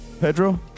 pedro